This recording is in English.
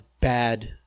bad